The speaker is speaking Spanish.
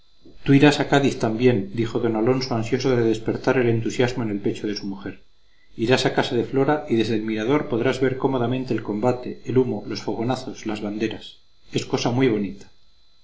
diabluras tú irás a cádiz también dijo d alonso ansioso de despertar el entusiasmo en el pecho de su mujer irás a casa de flora y desde el mirador podrás ver cómodamente el combate el humo los fogonazos las banderas es cosa muy bonita